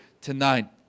tonight